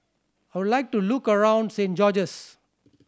I would like to look around Saint George's